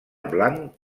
blanc